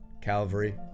calvary